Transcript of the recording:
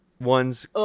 ones